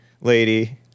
lady